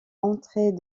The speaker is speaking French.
entrée